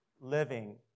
living